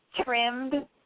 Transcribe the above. trimmed